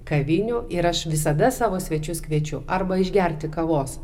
kavinių ir aš visada savo svečius kviečiu arba išgerti kavos